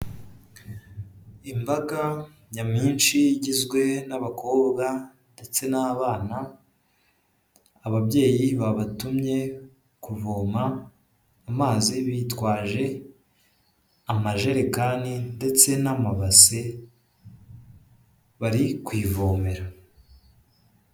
Imbaga nyamwinshi igizwe n'abakobwa ndetse n'abana, ababyeyi babatumye kuvoma amazi bitwaje amajerekani ndetse n'amabasi bari ku ivomero.